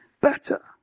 better